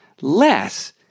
less